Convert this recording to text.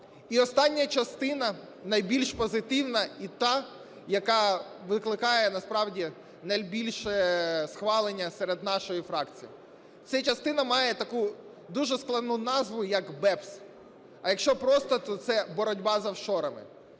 І остання частина найбільш позитивна і та, яка викликає насправді найбільше схвалення серед нашої фракції, це частина має таку дуже складну назву як BEPS. А якщо просто, то це боротьба з офшорами.